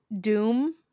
Doom